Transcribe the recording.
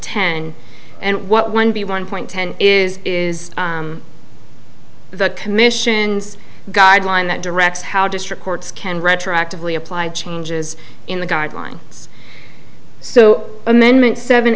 ten and what one b one point ten is is the commission's guideline that directs how district courts can retroactively applied changes in the guidelines so amendment seven